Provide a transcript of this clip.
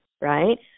right